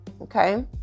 okay